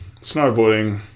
snowboarding